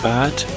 bad